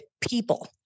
people